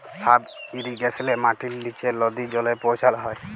sub ইরিগেশলে মাটির লিচে লদী জলে পৌঁছাল হ্যয়